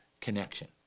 connection